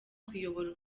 kuyobora